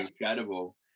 incredible